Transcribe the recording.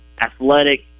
athletic